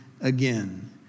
again